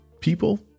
people